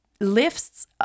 lifts